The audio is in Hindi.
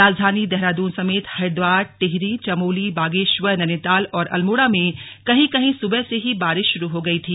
राजधानी देहरादून समेत हरिद्वार टिहरी चमोली बागेश्वर नैनीताल और अल्मोड़ा में कहीं कहीं सुबह से ही बारिश शुरू हो गई थी